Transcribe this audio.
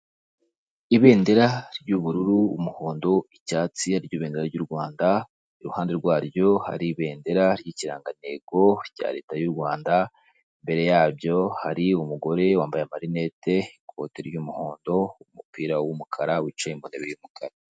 Ibendera ry'ubururu, umuhondo, icyatsi iryo bedera ry'u Rwanda, iruhande rwaryo hari ibendera ry'ikirangantego cya leta y'u Rwanda imbere yaryo hari umugore wambaye amarinete, ikoti ry'umuhondo, umupira w'umukara wicaye ku intebe y'umukara.